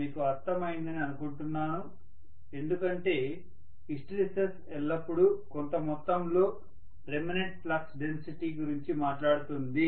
మీకు అర్థం అయిందని అనుకుంటున్నాను ఎందుకంటే హిస్టెరిసిస్ ఎల్లప్పుడూ కొంత మొత్తంలో రీమనెంట్ ఫ్లక్స్ డెన్సిటీ గురించి మాట్లాడుతుంది